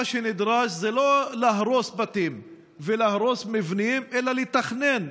שנדרש זה לא להרוס בתים ולהרוס מבנים אלא לתכנן,